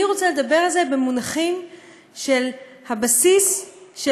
אני רוצה לדבר על זה במונחים של הבסיס של